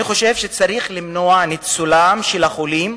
אני חושב שצריך למנוע ניצול של החולים,